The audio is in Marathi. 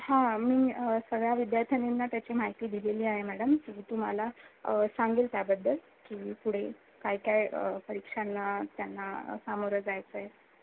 हां मी सगळ्या विद्यार्थ्यांनींना त्याची माहिती दिलेली आहे मॅडम की तुम्हाला सांगेल त्याबद्दल की पुढे काय काय परीक्षांना त्यांना सामोरं जायचं आहे